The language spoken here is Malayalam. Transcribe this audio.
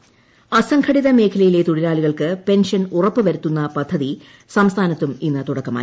പെൻഷൻ കേരള അസംഘടിത മേഖലയിലെ തൊഴിലാളികൾക്ക് പെൻഷൻ ഉറപ്പുവരുത്തുന്ന പദ്ധതി സംസ്ഥാനത്തും ഇന്ന് തുടക്കമായി